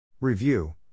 Review